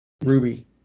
Ruby